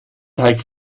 teig